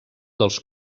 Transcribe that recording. dels